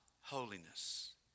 holiness